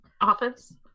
office